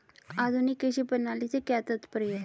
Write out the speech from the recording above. आधुनिक कृषि प्रणाली से क्या तात्पर्य है?